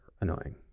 annoying